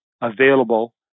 available